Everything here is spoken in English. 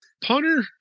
Punter